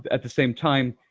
at the same time,